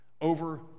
over